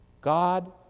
God